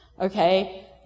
Okay